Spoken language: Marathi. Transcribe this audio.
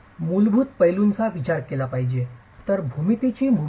मूलभूत पैलूंचा विचार केला पाहिजे तर भूमितीची भूमिका आहे